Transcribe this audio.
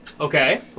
Okay